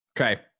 Okay